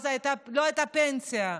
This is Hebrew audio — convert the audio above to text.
אז לא הייתה פנסיה לאנשים.